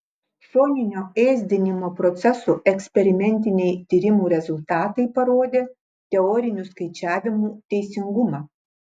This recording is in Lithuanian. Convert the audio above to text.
šoninio ėsdinimo procesų eksperimentiniai tyrimų rezultatai parodė teorinių skaičiavimų teisingumą